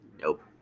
Nope